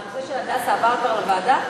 הנושא של "הדסה" עבר כבר לוועדה?